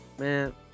Man